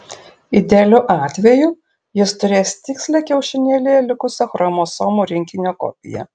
idealiu atveju jis turės tikslią kiaušinėlyje likusio chromosomų rinkinio kopiją